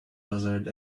buzzard